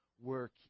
Work